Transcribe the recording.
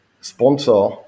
sponsor